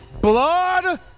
Blood